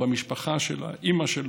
במשפחה של האימא שלו,